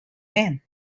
man